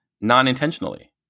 non-intentionally